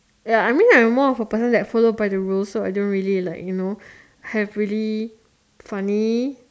ya I mean I'm more of a person that follow by the rules so I don't really like you know heavily funny